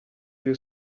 you